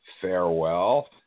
Farewell